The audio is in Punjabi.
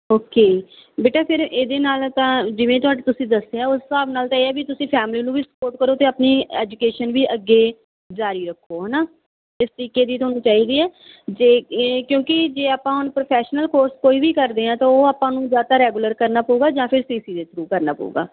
ਓਕੇ ਬੇਟਾ ਫਿਰ ਇਹਦੇ ਨਾਲ ਤਾਂ ਜਿਵੇਂ ਤੁਹਾ ਤੁਸੀਂ ਦੱਸਿਆ ਉਸ ਹਿਸਾਬ ਨਾਲ ਤਾਂ ਇਹ ਵੀ ਤੁਸੀਂ ਫੈਮਲੀ ਨੂੰ ਵੀ ਸਪੋਰਟ ਕਰੋ ਅਤੇ ਆਪਣੀ ਐਜੂਕੇਸ਼ਨ ਵੀ ਅੱਗੇ ਜਾਰੀ ਰੱਖੋ ਹੈ ਨਾ ਇਸ ਤਰੀਕੇ ਦੀ ਤੁਹਾਨੂੰ ਚਾਹੀਦੀ ਹੈ ਜੇ ਕਿਉਂਕਿ ਜੇ ਆਪਾਂ ਹੁਣ ਪ੍ਰੋਫੈਸ਼ਨਲ ਕੋਰਸ ਕੋਈ ਵੀ ਕਰਦੇ ਹਾਂ ਤਾਂ ਉਹ ਆਪਾਂ ਨੂੰ ਜਾਂ ਤਾਂ ਰੈਗੂਲਰ ਕਰਨਾ ਪਊਗਾ ਜਾਂ ਫਿਰ ਸੀ ਸੀ ਦੇ ਥਰੂ ਕਰਨਾ ਪਊਗਾ